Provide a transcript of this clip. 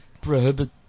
prohibit